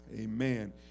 Amen